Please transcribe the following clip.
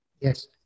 Yes